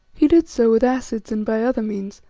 he did so with acids and by other means,